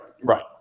Right